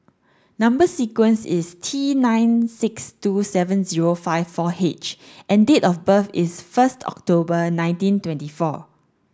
number sequence is T nine six two seven zero five four H and date of birth is first October nineteen twenty four